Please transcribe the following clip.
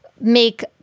make